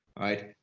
right